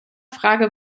frage